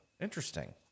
interesting